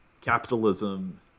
capitalism